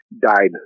died